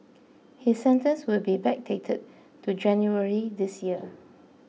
his sentence will be backdated to January this year